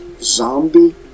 Zombie